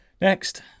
Next